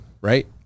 right